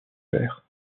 serres